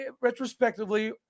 retrospectively